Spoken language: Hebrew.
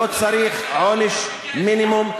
לא צריך עונש מינימום.